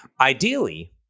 ideally